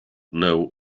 know